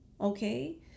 okay